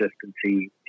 consistency